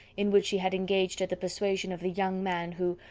in which he had engaged at the persuasion of the young man who,